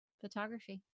photography